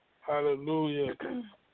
Hallelujah